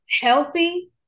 healthy